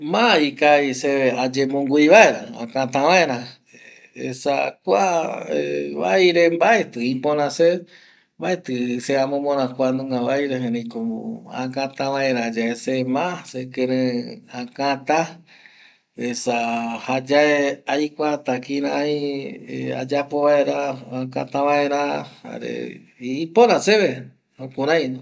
Ma ikavi seve ayemongui vaera äkata vaera esa kua vaire mbaetɨ ipöra se mbaetɨ se amomora kuanunga vaire erëiko äkata vaerayae se ma sekɨreɨ äkata esa jaaye ikuata kirai ayapo vaera äkata vaera jare ipöra seve jukuraino